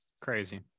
crazy